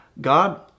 God